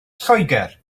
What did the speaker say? lloegr